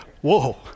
whoa